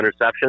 interceptions